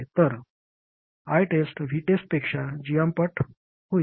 तर ITEST VTEST पेक्षा gm0 पट होईल